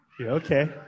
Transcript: Okay